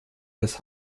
des